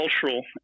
cultural